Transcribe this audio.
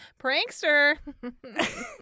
Prankster